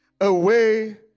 away